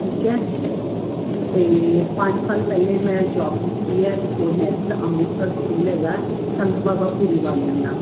ਠੀਕ ਹੈ ਅਤੇ ਪੰਜ ਸਾਲ ਪਹਿਲੇ ਮੈਂ ਜੋਬ ਕੀਤੀ ਹੈ ਬਿਫੋਰ ਮੈਰਿਜ ਅੰਮ੍ਰਿਤਸਰ ਸਕੂਲ ਹੈਗਾ ਸੰਤ ਬਾਬਾ ਭੂਰੀ ਵਾਲਿਆਂ ਦਾ